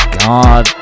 god